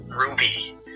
ruby